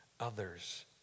others